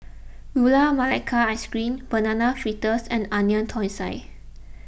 Gula Melaka Ice Cream Banana Fritters and Onion Thosai